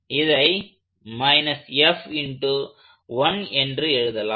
இதை என்று எழுதலாம்